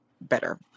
better